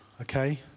okay